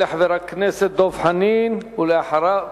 יעלה חבר הכנסת דב חנין, ואחריו,